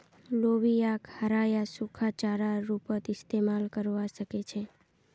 लोबियाक हरा या सूखा चारार रूपत इस्तमाल करवा सके छे